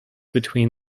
between